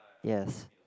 yes